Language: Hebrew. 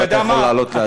ואתה יכול לעלות לדבר.